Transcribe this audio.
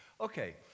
Okay